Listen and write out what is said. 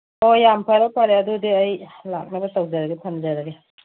ꯍꯣꯏ ꯌꯥꯝ ꯐꯔꯦ ꯐꯔꯦ ꯑꯗꯨꯗꯤ ꯑꯩ ꯂꯥꯛꯅꯕ ꯇꯧꯖꯔꯒꯦ ꯊꯝꯖꯔꯒꯦ